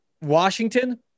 Washington